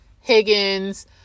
Higgins